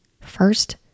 First